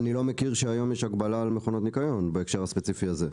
אני לא מכיר שהיום יש הגבלה על מכונות ניקיון בהקשר הספציפי הזה.